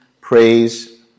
praise